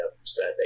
upset